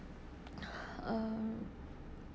uh